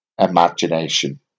imagination